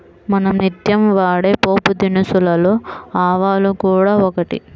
మనం నిత్యం వాడే పోపుదినుసులలో ఆవాలు కూడా ఒకటి